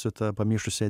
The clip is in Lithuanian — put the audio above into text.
su ta pamišusia